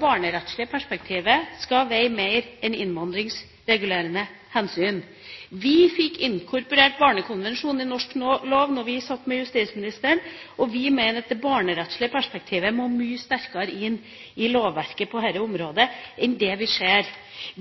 barnerettslige perspektivet skal veie mer enn innvandringsregulerende hensyn. Vi fikk inkorporert barnekonvensjonen i norsk lov da vi satt med justisministeren, og vi mener at det barnerettslige perspektivet må mye sterkere inn i lovverket på dette området enn det vi ser.